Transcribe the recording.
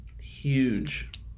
huge